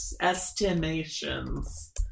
estimations